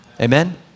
Amen